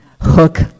Hook